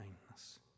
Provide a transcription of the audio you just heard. kindness